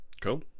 Cool